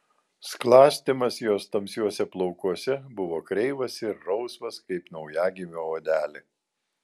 sklastymas jos tamsiuose plaukuose buvo kreivas ir rausvas kaip naujagimio odelė